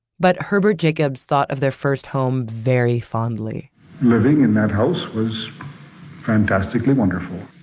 but herbert jacobs thought of their first home very fondly living in that house was fantastically wonderful.